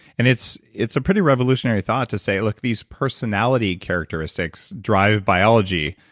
and it's it's a pretty revolutionary thought to say, look, these personality characteristics drive biology,